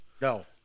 No